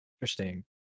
Interesting